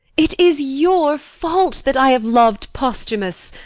it is your fault that i have lov'd posthumus.